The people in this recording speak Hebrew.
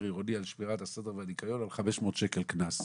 עירוני על שמירת הסדר והניקיון ועל 500 שקל קנס,